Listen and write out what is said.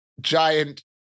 giant